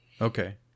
Okay